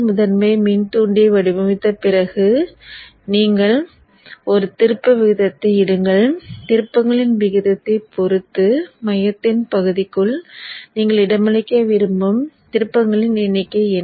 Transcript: முதன்மை மின்தூண்டியை வடிவமைத்த பிறகு நீங்கள் ஒரு திருப்ப விகிதத்தை இடுங்கள் திருப்பங்களின் விகிதத்தைப் பொறுத்து மையத்தின் பகுதிக்குள் நீங்கள் இடமளிக்க விரும்பும் திருப்பங்களின் எண்ணிக்கை என்ன